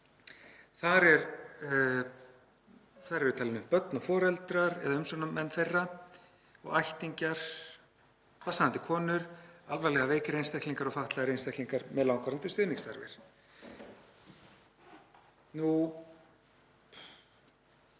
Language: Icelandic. Þar eru talin upp börn og foreldrar eða umsjónarmenn þeirra og ættingjar, barnshafandi konur, alvarlega veikir einstaklingar og fatlaðir einstaklingar með langvarandi stuðningsþarfir.